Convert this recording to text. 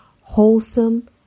wholesome